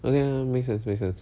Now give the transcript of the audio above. oh ya makes sense makes sense